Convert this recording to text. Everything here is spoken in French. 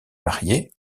mariés